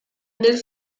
nel